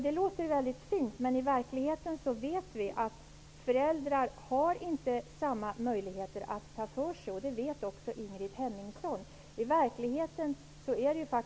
Det låter fint, men vi vet att föräldrar i verkligheten inte har samma möjligheter att ta för sig. Det vet också Ingrid Hemmingsson.